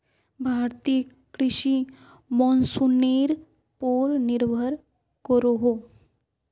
भारतीय कृषि मोंसूनेर पोर निर्भर करोहो